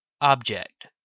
Object